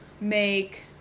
make